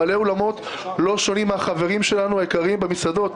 בעלי אולמות לא שונים מן החברים שלנו היקרים במסעדות.